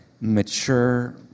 mature